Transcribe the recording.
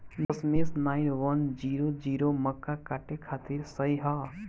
दशमेश nine one zero zero मक्का काटे खातिर सही ह?